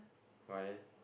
why